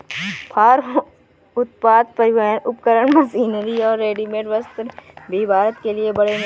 farm उत्पाद, परिवहन उपकरण, मशीनरी और रेडीमेड वस्त्र भी भारत के लिए बड़े निर्यात हैं